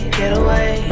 getaway